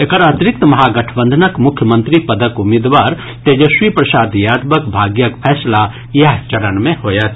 एकर अतिरिक्त महागठबंधनक मुख्यमंत्री पदक उम्मीदवार तेजस्वी प्रसाद यादवक भाग्यक फैसला इएह चरण मे होयत